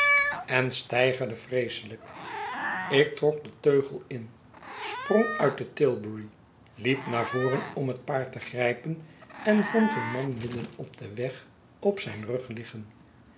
tusschen mesteigerde vreeselijk ik trok den teugel in sprong uit de tilbury hep naar voren om het paard te grijpen en vond een man midden op den weg op zijn rug liggen